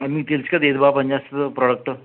అదే మీకు తెలుసు కదా ఏది బాగా పని చేస్తుందో ప్రొడక్టు